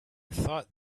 thought